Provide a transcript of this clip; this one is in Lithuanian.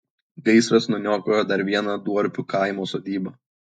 gaisras nuniokojo dar vieną duorpių kaimo sodybą